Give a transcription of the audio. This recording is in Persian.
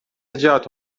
جات